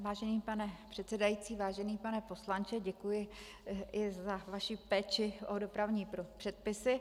Vážený pane předsedající, vážený pane poslanče, děkuji i za vaši péči o dopravní předpisy.